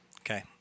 Okay